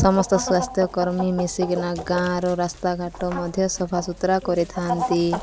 ସମସ୍ତ ସ୍ୱାସ୍ଥ୍ୟକର୍ମୀ ମିଶିକିନା ଗାଁର ରାସ୍ତାଘାଟ ମଧ୍ୟ ସଫାସୁତୁରା କରିଥାନ୍ତି